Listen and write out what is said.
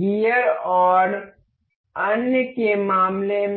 gear और अन्य के मामले में